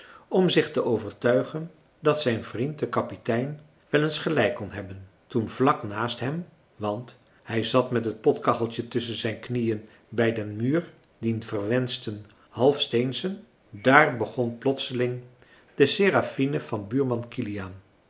om zich te overtuigen dat zijn vriend de kapitein wel eens gelijk kon hebben toen vlak naast hem want hij zat met het potkacheltje tusschen zijn knieën bij den muur dien verwenschten halfsteenschen daar begon plotseling de serafine van buurman kiliaan